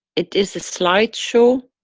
it is a slide show,